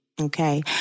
Okay